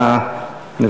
מסגן השר לוי